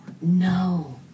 No